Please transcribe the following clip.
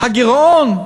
הוא העלה את